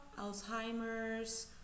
Alzheimer's